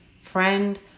Friend